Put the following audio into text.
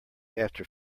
after